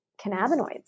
cannabinoids